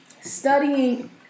studying